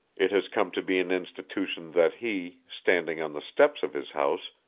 it has come to be an institution that he, standing on the steps of his house,